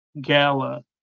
gala